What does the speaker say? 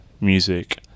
music